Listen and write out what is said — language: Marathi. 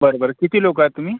बरं बरं किती लोक आहेत तुम्ही